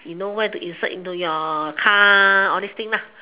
you know where to insert into your car all these thing lah